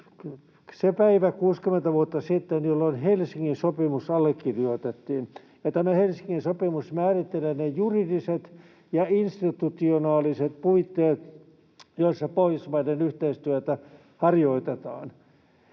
se päivä 60 vuotta sitten, jolloin Helsingin sopimus allekirjoitettiin. Tämä Helsingin sopimus määrittelee ne juridiset ja institutionaaliset puitteet, joissa Pohjoismaiden yhteistyötä harjoitetaan.